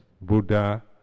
Buddha